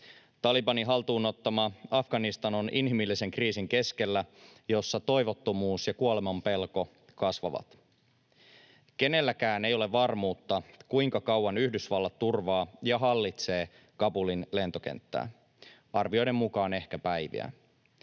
Talibanin haltuun ottama Afganistan on inhimillisen kriisin keskellä, jossa toivottomuus ja kuolemanpelko kasvavat. Kenelläkään ei ole varmuutta, kuinka kauan Yhdysvallat turvaa ja hallitsee Kabulin lentokenttää — arvioiden mukaan ehkä päiviä.